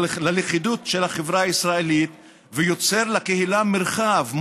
ללכידות של החברה הישראלית ויוצר לקהילה מרחב,